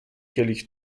kielich